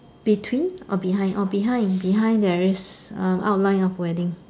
between or behind orh behind behind there is outline of wedding